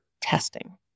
testing